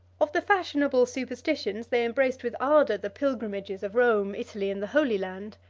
of the fashionable superstitions, they embraced with ardor the pilgrimages of rome, italy, and the holy land.